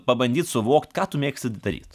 pabandyt suvokt ką tu mėgsti d daryt